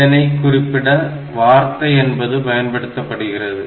இதனைக் குறிப்பிட வார்த்தை என்பது பயன்படுத்தப்படுகிறது